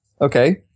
Okay